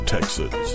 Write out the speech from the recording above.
Texas